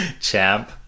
champ